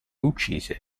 uccise